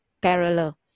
parallel